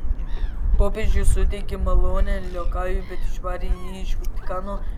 popiežius suteikė malonę liokajui bet išvarė jį iš vatikano